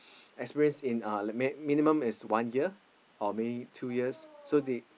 experience in uh minimum is one year or maybe two years so they